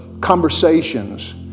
conversations